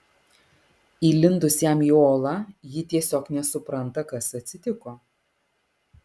įlindus jam į olą ji tiesiog nesupranta kas atsitiko